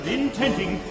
intending